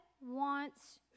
wants